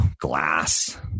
glass